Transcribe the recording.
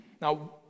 Now